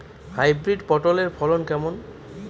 Hybrid পটলের ফলন কেমন?